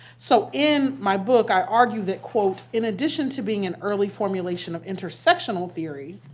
so in my book, i argue that quote, in addition to being an early formulation of intersectional theory,